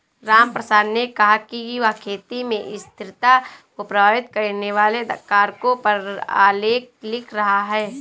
रामप्रसाद ने कहा कि वह खेती में स्थिरता को प्रभावित करने वाले कारकों पर आलेख लिख रहा है